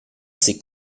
ses